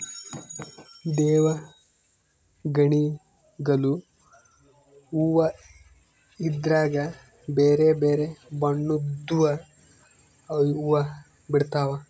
ದೇವಗಣಿಗಲು ಹೂವ್ವ ಇದ್ರಗ ಬೆರೆ ಬೆರೆ ಬಣ್ಣದ್ವು ಹುವ್ವ ಬಿಡ್ತವಾ